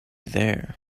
there